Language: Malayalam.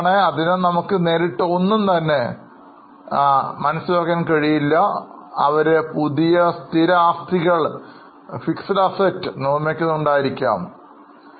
അതിനാൽ നമുക്ക് നേരിട്ട് ഒന്നും അറിയാൻ കഴിയില്ല അവർ പുതിയ സ്ഥിര ആസ്തികൾ നിർമ്മിക്കുന്നുണ്ടാകാം പ